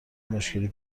مشکلی